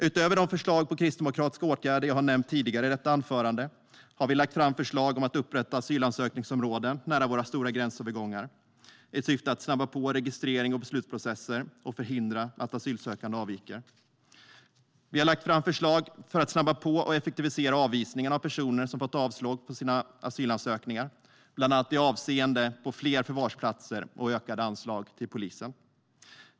Utöver de förslag på kristdemokratiska åtgärder jag har nämnt tidigare i detta anförande har vi lagt fram förslag om att upprätta asylansökningsområden nära våra stora gränsövergångar i syfte att snabba på registrering och beslutsprocesser och förhindra att asylsökande avviker. Vi har lagt fram förslag för att snabba på och effektivisera avvisningarna av personer som fått avslag på sina asylansökningar, bland annat i avseende på fler förvarsplatser och ökade anslag till polisen.